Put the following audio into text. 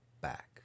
back